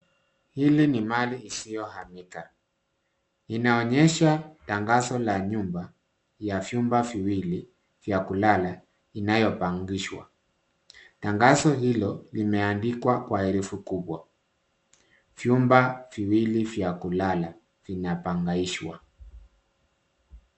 Hili ni mali isiyohamika. Inaonyesha tangazo la nyumba ya vyumba viwili vya kulala inayopangishwa. Tangazo hilo limeandikwa kwa herufi kubwa vyumba viwili vya kulala vinapangaishwa.